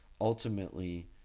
ultimately